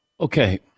Okay